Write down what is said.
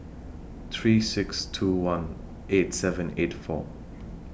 three six two one eight seven eight four